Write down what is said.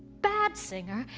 bad singer.